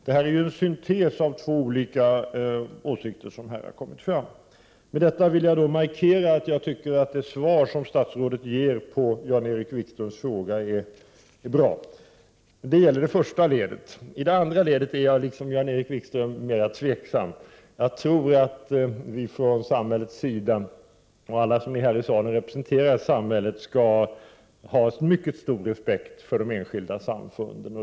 Detta är alltså en syntes av de olika åsikterna som kommit fram. Med detta har jag velat markera att jag tycker att det svar som statsrådet 60 gett på Jan-Erik Wikströms frågor är bra. Detta gäller det första avsnittet. När det gäller det andra är jag liksom Jan-Erik Wikström mera tveksam. Prot. 1988/89:52 Jag tror att vi från samhällets sida — vi alla här representerar samhället — skall 18 januari 1989 ha mycket stor respekt för de enskilda samfunden.